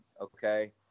okay